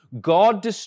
God